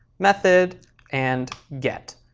method and get.